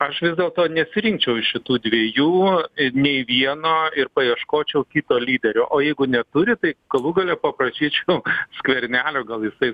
aš vis dėlto nesirinkčiau iš šitų dviejų nei vieno ir paieškočiau kito lyderio o jeigu neturi tai galų gale paprašyčiau skvernelio gal jisai